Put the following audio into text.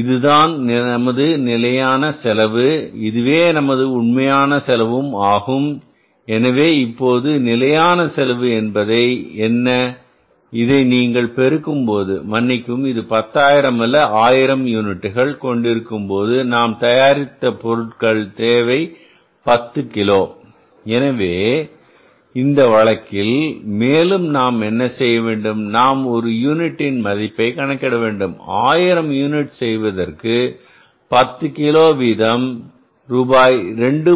இதுதான் நமது நிலையான செலவு இதுவே நமது உண்மையான செலவும் ஆகும் எனவே இப்போது நிலையான செலவு என்பது என்ன இதை நீங்கள் பெருக்கும்போது மன்னிக்கவும் இது பத்தாயிரம் அல்ல ஆயிரம் ஆயிரம் யூனிட்டுகள் கொண்டிருக்கும்போது நாம் தயாரித்த பொருட்கள் தேவை 10 கிலோ எனவே இந்த வழக்கில் மேலும் நாம் என்ன செய்ய வேண்டும் நாம் ஒரு யூனிட்டின் மதிப்பை கணக்கிட வேண்டும் 1000 யூனிட் செய்வதற்கு 10 கிலோ வீதம் ரூபாய் 2